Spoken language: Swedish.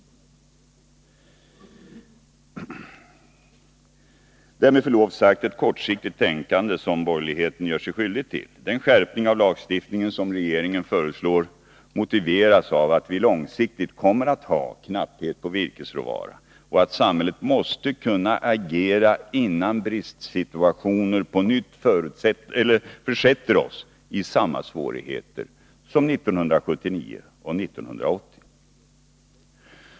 Det är med förlov sagt ett kortsiktigt tänkande som borgerligheten gör sig skyldig till. Den skärpning av lagstiftningen som regeringen föreslår motiveras av att vi långsiktigt kommer att ha knapphet på virkesråvara och att samhället måste kunna agera innan bristsituationer på nytt försätter oss i samma svårigheter som 1979 och 1980.